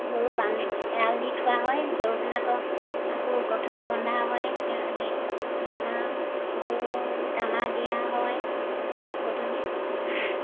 গৰু বান্ এৰাল দি থোৱা হয় গৰুবিলাকক আকৌ গধূলি বন্ধা হয় সেই সেই দানা গৰু দানা দিয়া হয় গধূলি